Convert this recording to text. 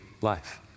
life